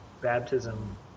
baptism